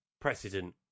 precedent